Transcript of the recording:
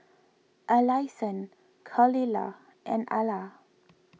Alyson Khalilah and Ala